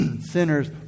sinners